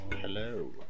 hello